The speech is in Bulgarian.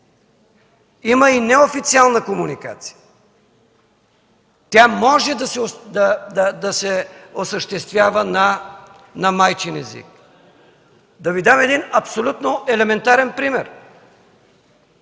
има и неофициална комуникация. Тя може да се осъществява на майчин език. Да Ви дам един абсолютно елементарен пример.